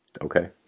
Okay